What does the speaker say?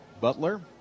Butler